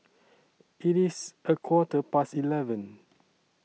IT IS A Quarter Past eleven